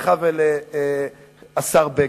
לך ולשר בגין,